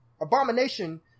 Abomination